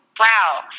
wow